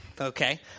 okay